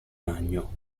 ragno